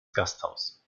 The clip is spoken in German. gasthaus